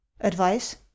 Advice